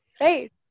right